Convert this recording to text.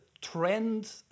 trend